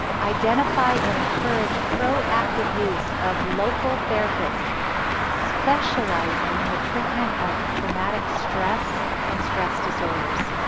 identity and encourage proactive use of local therapists specializing in the treatment of traumatic stress, and stress disorders.